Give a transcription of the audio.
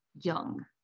young